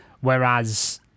Whereas